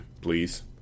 please